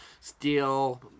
steel